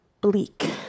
bleak